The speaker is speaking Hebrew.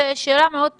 זו שאלה מאוד פשוטה.